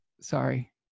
sorry